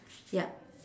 yup